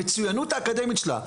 במצוינות האקדמית שלה,